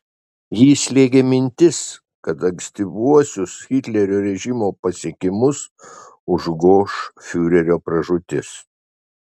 jį slėgė mintis kad ankstyvuosius hitlerio režimo pasiekimus užgoš fiurerio pražūtis